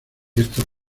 estos